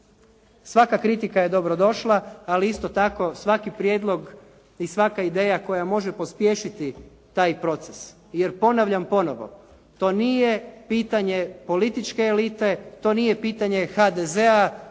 Svaka kritika je dobrodošla, ali isto tako svaki prijedlog i svaka ideja koja može pospješiti taj proces. Jer ponavljam ponovo, to nije pitanje političke elite, to nije pitanje HDZ-a,